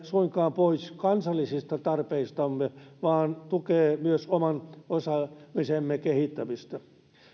suinkaan pois kansallisista tarpeistamme vaan tukee myös oman osaamisemme kehittämistä